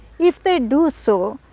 if they do so,